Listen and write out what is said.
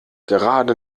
gerade